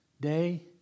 day